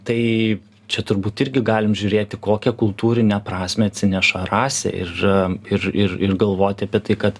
tai čia turbūt irgi galim žiūrėti kokią kultūrinę prasmę atsineša rasė ir ir ir ir galvoti apie tai kad